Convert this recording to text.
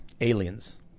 Aliens